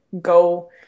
go